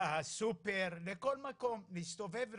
לסופר או לכל מקום, להסתובב רגיל,